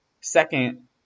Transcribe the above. Second